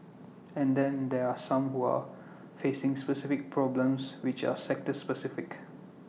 and then there are some who are facing specific problems which are sector specific